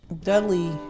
Dudley